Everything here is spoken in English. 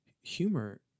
humor